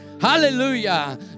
Hallelujah